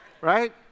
Right